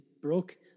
broke